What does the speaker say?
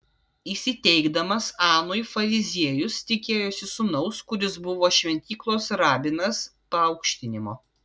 įsiteikdamas anui fariziejus tikėjosi sūnaus kuris buvo šventyklos rabinas paaukštinimo